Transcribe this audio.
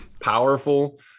Powerful